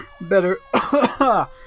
better